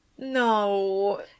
No